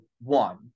one